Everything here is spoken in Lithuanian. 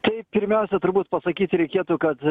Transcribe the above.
tai pirmiausia turbūt pasakyti reikėtų kad